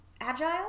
Agile